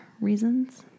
reasons